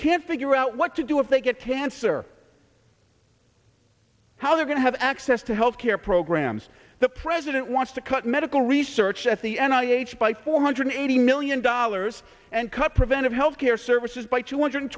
can't figure out what to do if they get cancer how they're going to have access to health care programs the president wants to cut medical research at the end i h by four hundred eighty million dollars and cut preventive health care services by two hundred